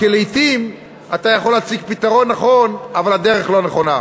כי לעתים אתה יכול להציג פתרון נכון אבל הדרך לא נכונה.